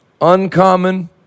uncommon